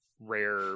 rare